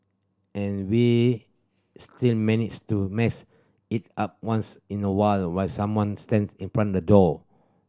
and we still manage to mess it up once in a while when someone stands in front the door